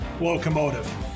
locomotive